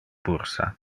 bursa